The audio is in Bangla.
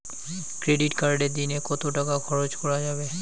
ক্রেডিট কার্ডে দিনে কত টাকা খরচ করা যাবে?